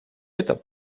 это